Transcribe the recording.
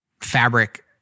fabric